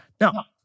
Now